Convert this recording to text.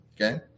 okay